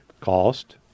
cost